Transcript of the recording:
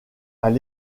avec